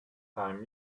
time